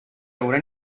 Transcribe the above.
haurà